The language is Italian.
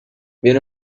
viene